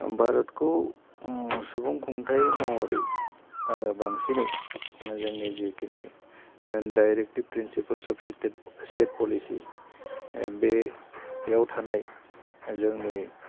भारतखौ सुबुं खुन्थाइ महरै आङो बांसिनै जोंनि जिखिनि directive principle of state policy बे बेयाव थानाय जोंनि